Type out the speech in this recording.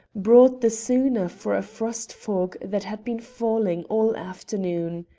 brought the sooner for a frost-fog that had been falling all afternoon.